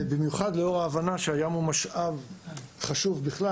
במיוחד לאור ההבנה שהים הוא משאב חשוב בכלל